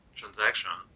transaction